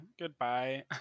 goodbye